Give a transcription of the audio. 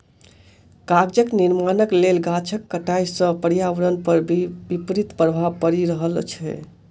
कागजक निर्माणक लेल गाछक कटाइ सॅ पर्यावरण पर विपरीत प्रभाव पड़ि रहल छै